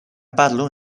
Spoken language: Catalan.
parlo